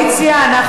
אנחנו עכשיו פה,